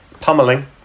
Pummeling